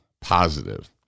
positive